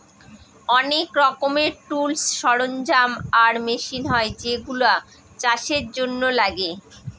অনেক রকমের টুলস, সরঞ্জাম আর মেশিন হয় যেগুলা চাষের জন্য লাগে